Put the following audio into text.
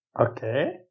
Okay